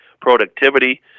productivity